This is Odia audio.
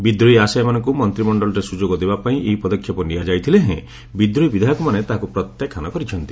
ବିଦ୍ରୋହୀ ଆଶାୟୀମାନଙ୍କୁ ମନ୍ତ୍ରିମଣ୍ଡଳରେ ସୁଯୋଗ ଦେବାପାଇଁ ଏହି ପଦକ୍ଷେପ ନିଆଯାଇଥିଲେ ହେଁ ବିଦ୍ରୋହୀ ବିଧାୟକମାନେ ତାହାକୁ ପ୍ରତ୍ୟାଖ୍ୟାନ କରିଚ୍ଚନ୍ତି